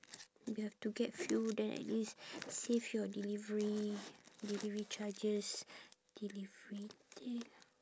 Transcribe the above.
you have to get few then at least save your delivery delivery charges delivery de~